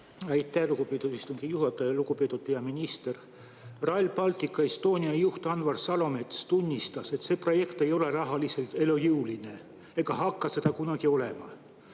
Aitäh, lugupeetud istungi juhataja! Lugupeetud peaminister! Rail Baltic Estonia juht Anvar Salomets tunnistas, et see projekt ei ole rahaliselt elujõuline ega hakka seda kunagi olema.